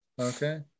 Okay